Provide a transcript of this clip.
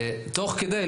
תוך כדי כך,